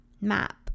map